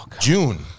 June